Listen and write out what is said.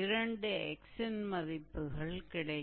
இரண்டு 𝑥 இன் மதிப்புகள் கிடைக்கும்